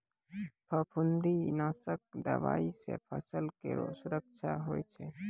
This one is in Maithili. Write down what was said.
फफूंदी नाशक दवाई सँ फसल केरो सुरक्षा होय छै